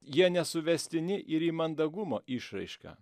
jie nesuvestini ir į mandagumo išraišką